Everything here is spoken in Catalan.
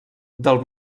del